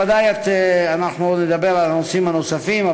ודאי נדבר על נושאים נוספים,